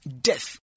death